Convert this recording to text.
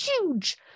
huge